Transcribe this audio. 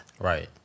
Right